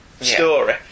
story